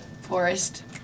forest